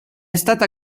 stata